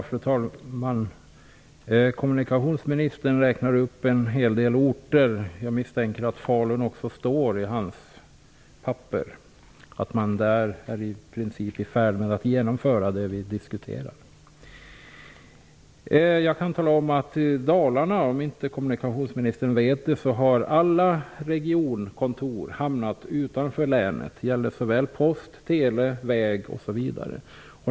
Fru talman! Kommunikationsministern räknar upp en hel del orter. Jag misstänker att även Falun finns med i hans papper. Man är där i princip i färd med att genomföra det vi diskuterar. Om inte kommunikationsministern redan vet det kan jag tala om att när det gäller Dalarna har alla regionkontor hamnat utanför länet. Det gäller post, tele, vägar osv.